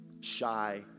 shy